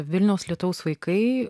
vilniaus lietaus vaikai